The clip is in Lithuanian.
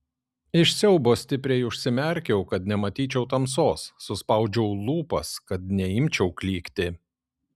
iš siaubo stipriai užsimerkiau kad nematyčiau tamsos suspaudžiau lūpas kad neimčiau klykti